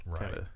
Right